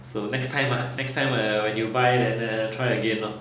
so next time ah next time uh when you buy then try again lor